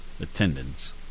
attendance